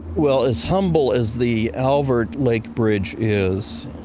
well, as humble as the alvord lake bridge is,